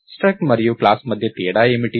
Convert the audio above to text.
struct మరియు class మధ్య తేడా ఏమిటి